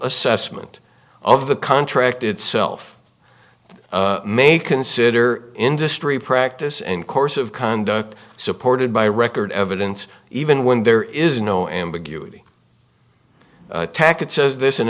assessment of the contract itself may consider industry practice and course of conduct supported by record evidence even when there is no ambiguity tackett says